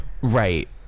Right